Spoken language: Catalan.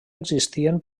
existien